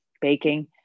baking